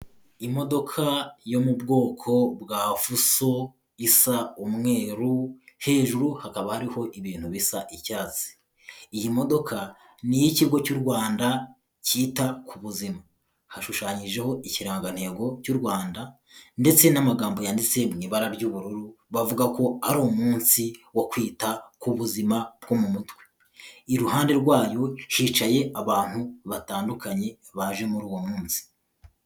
Imodoka yo mu bwoko bwa fuso isa umweru hejuru hakaba hariho ibintu bisa icyatsi, iyi modoka ni iy'ikigo cy'u Rwanda kita ku buzima hashushanyijeho ikirangantego cy'u Rwanda ndetse n'amagambo yanditse mu ibara ry'ubururu bavuga ko ari umunsi wo kwita ku buzima bwo mu mutwe, iruhande rwayo hicaye abantu batandukanye baje muri uwo munsi.